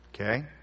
Okay